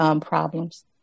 problems